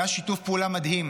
והיה שיתוף פעולה מדהים.